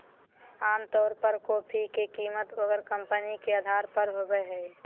आमतौर पर कॉफी के कीमत ओकर कंपनी के अधार पर होबय हइ